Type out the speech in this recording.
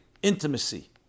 Intimacy